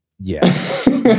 yes